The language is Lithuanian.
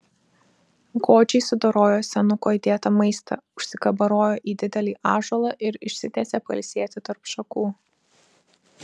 godžiai sudorojo senuko įdėtą maistą užsikabarojo į didelį ąžuolą ir išsitiesė pailsėti tarp šakų